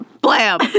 blam